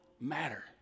matter